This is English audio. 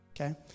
Okay